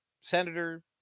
Senator